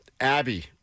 Abby